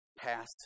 past